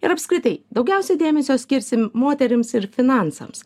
ir apskritai daugiausiai dėmesio skirsim moterims ir finansams